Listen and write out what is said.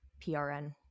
PRN